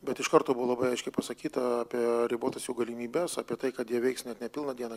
bet iš karto buvo labai aiškiai pasakyta apie ribotas jų galimybes apie tai kad jie veiks net nepilną dieną